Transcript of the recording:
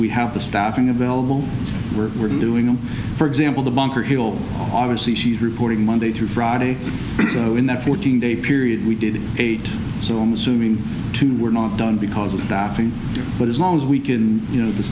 we have the staffing available we're doing them for example the bunker hill obviously she's reporting monday through friday in that fourteen day period we did eight so i'm assuming two were not done because of staffing but as long as we can you know the